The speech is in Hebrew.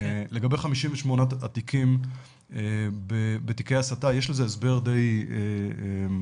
לגבי 58 התיקים בתיקי הסתה, יש לזה הסבר די מובן.